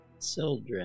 Sildren